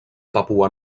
papua